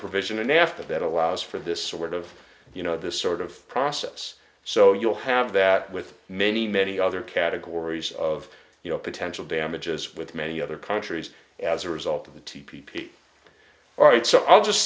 provision after that allows for this sort of you know this sort of process so you'll have that with many many other categories of you know potential damages with many other countries as a result of the t p p all right so i'll just